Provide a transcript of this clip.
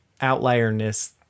outlierness